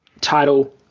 title